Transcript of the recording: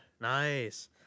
Nice